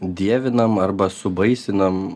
dievinam arba subaisinam